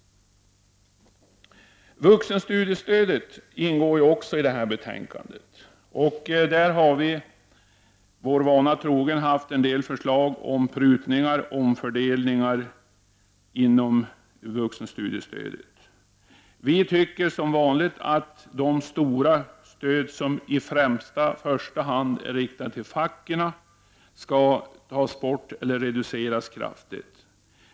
Vuxenstudiestödet tas också upp i detta betänkande. Vi har, som vanligt, lagt fram en del förslag om prutningar och omfördelningar inom ramen för vuxenstudiestödet. Som vanligt tycker vi att de stora stöd som i första hand riktas till facken skall tas bort eller åtminstone kraftigt reduceras.